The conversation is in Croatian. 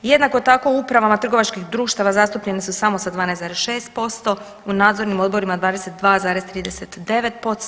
Jednako tako u upravama trgovačkim društava zastupljeni su samo sa 12,6%, u nadzornim odborima 22,39%